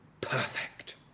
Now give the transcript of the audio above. perfect